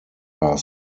are